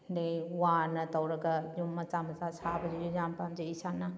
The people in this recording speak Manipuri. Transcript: ꯑꯗꯨꯗꯩ ꯋꯥꯅ ꯇꯧꯔꯒ ꯌꯨꯝ ꯃꯆꯥ ꯃꯆꯥ ꯁꯥꯕꯁꯨ ꯌꯥꯝ ꯄꯥꯝꯖꯩ ꯏꯁꯥꯅ